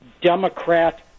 democrat